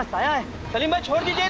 i wanted yeah